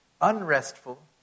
unrestful